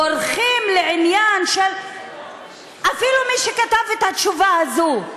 בורחים לעניין שאפילו מי שכתב את התשובה הזאת,